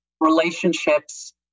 relationships